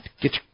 Get